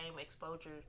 exposure